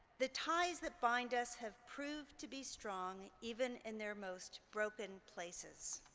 the ties that bind us have proved to be strong even in their most broken places.